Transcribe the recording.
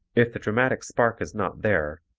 if the dramatic spark is not there,